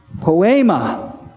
Poema